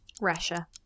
Russia